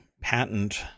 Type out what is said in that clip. patent